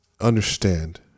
understand